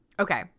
Okay